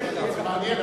הבג"ץ יאשר להם.